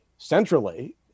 Centrally